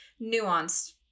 nuanced